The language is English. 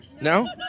no